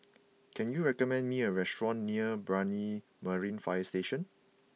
can you recommend me a restaurant near Brani Marine Fire Station